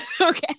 Okay